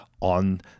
on